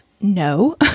No